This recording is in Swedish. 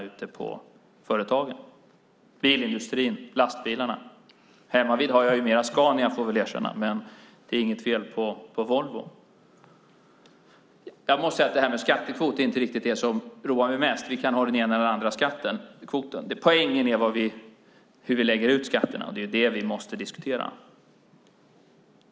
Det handlar om bilindustrin och lastbilarna. Hemmavid har jag mer Scania får jag erkänna, men det är inget fel på Volvo. Jag måste säga att frågan om skattekvoten inte är det som roar mig mest. Vi kan ha den ena eller den andra skattekvoten. Poängen är hur vi lägger ut skatterna, och det är det som vi måste diskutera.